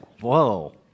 whoa